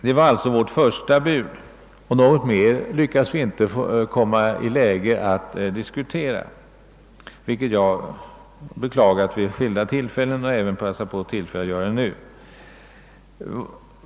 Det var vårt första bud och något mer lyckades vi inte komma i läge att diskutera, vilket jag vid skilda tillfällen be. klagat och även gör nu.